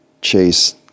chase